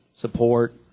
support